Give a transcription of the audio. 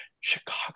Chicago